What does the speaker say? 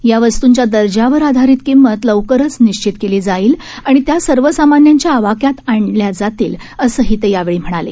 या वस्तूंच्या दर्जावर आधारित किंमत लवकरच निश्चित केले जाईल आणि त्या सर्वसामान्यांच्या आवाक्यात आणल्यावर जातील असंही ते यावेळी म्हणाले